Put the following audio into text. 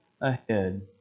ahead